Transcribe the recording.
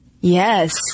Yes